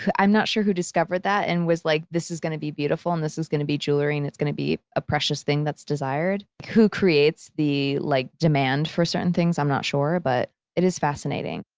i'm not sure who discovered that and was like, this is gonna be beautiful, and this is gonna be jewelry, and it's gonna be a precious thing that's desired, who creates the like demand for certain things, i'm not sure but it is fascinating.